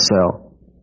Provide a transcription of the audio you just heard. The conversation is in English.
cell